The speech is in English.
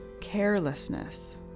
carelessness